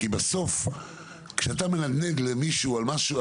כי כשאתה מנדנד למישהו על משהו,